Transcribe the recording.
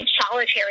solitary